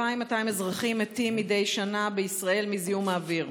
2,200 אזרחים מתים מדי שנה בישראל מזיהום אוויר.